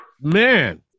man